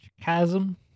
chasm